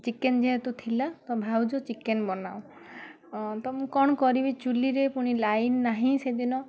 chicken ଯେହେତୁ ଥିଲା ତ ଭାଉଜ ଚିକେନ ବନାଅ ମୁଁ କ'ଣ କରିବି ଚୁଲିରେ ପୁଣି ଲାଇନ୍ ନାହିଁ ସେଦିନ